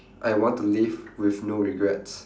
I want to live with no regrets